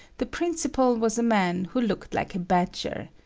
the principal was a man who looked like a badger.